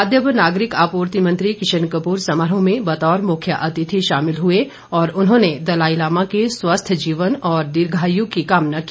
खाद्य व नागरिक आपूर्ति मंत्री किशन कपूर समारोह में बतौर मुख्य अतिथि शामिल हुए और उन्होंने दलाई लामा के स्वस्थ जीवन और दीर्घायू की कामना की